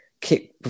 kick